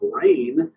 brain